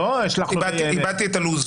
לא אחכה --- איבדתי את הלו"ז.